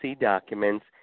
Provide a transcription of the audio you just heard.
documents